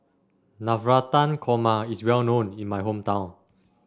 Navratan Korma is well known in my hometown